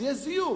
זה יהיה זיוף.